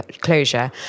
closure